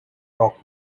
rock